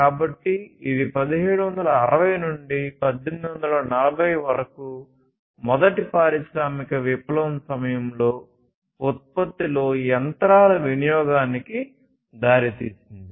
కాబట్టి ఇది 1760 నుండి 1840 ల వరకు మొదటి పారిశ్రామిక విప్లవం సమయంలో ఉత్పత్తిలో యంత్రాల వినియోగానికి దారితీసింది